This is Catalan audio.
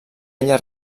ella